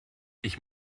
ich